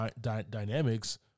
dynamics